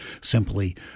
simply